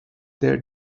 their